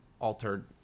altered